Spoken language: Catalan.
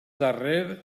darrer